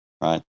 right